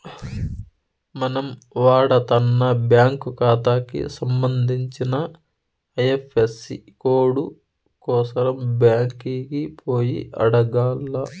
మనం వాడతన్న బ్యాంకు కాతాకి సంబంధించిన ఐఎఫ్ఎసీ కోడు కోసరం బ్యాంకికి పోయి అడగాల్ల